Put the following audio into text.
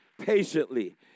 patiently